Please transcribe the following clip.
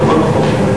או בכל מקום אחר?